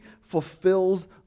fulfills